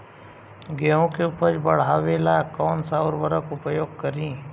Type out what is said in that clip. गेहूँ के उपज बढ़ावेला कौन सा उर्वरक उपयोग करीं?